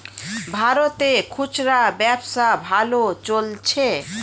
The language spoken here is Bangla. ভারতে খুচরা ব্যবসা ভালো চলছে